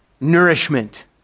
nourishment